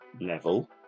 level